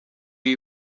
iyi